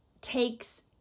takes